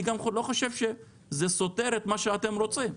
אני גם לא חושב שזה סותר את מה שאתם רוצים.